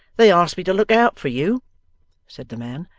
they asked me to look out for you said the man.